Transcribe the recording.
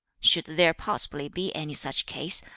should there possibly be any such case,